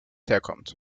herkommt